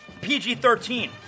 PG-13